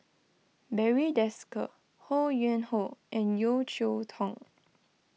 Barry Desker Ho Yuen Hoe and Yeo Cheow Tong